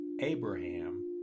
Abraham